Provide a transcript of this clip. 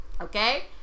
okay